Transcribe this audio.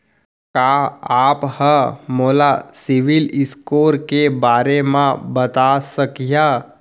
का आप हा मोला सिविल स्कोर के बारे मा बता सकिहा?